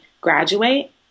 graduate